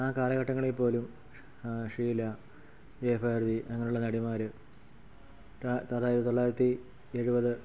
ആ കാലഘട്ടങ്ങളിൽപ്പോലും ഷീല ജയഭാരതി അങ്ങനെയുള്ള നടിമാർ തൊള്ളാ തൊള്ളായിരത്തി എഴുപത്